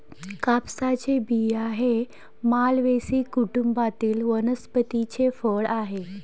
कापसाचे बिया हे मालवेसी कुटुंबातील वनस्पतीचे फळ आहे